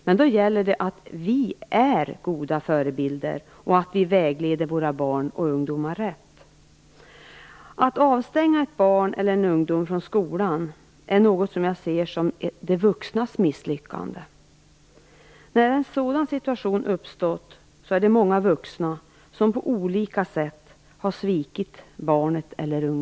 Men då gäller det att vi verkligen är goda förebilder och att vi vägleder våra barn och ungdomar rätt. Att avstänga ett barn från skolan anser jag vara något av de vuxnas misslyckande. När en sådan situation uppstår är det många vuxna som på olika sätt svikit barnet.